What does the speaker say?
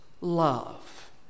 love